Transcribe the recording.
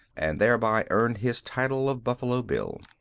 and thereby earned his title of buffalo bill.